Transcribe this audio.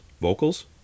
vocals